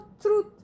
truth